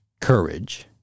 courage